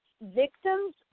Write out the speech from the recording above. victims